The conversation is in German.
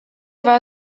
war